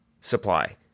supply